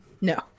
No